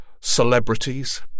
celebrities